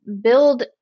build